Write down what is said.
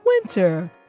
winter